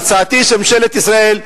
הצעתי שממשלת ישראל,